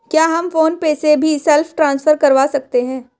क्या हम PhonePe से भी सेल्फ ट्रांसफर करवा सकते हैं?